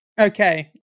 Okay